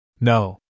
No